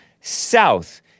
South